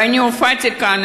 ואני הופעתי כאן,